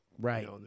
Right